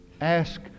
Ask